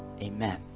Amen